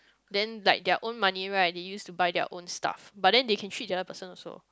then like their own money right they use to buy own stuff but then they can treat the other person also